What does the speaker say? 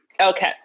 okay